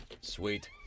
Sweet